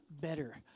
better